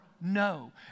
No